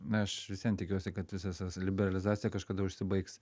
aš vis vien tikiuosi kad visas tas liberalizacija kažkada užsibaigs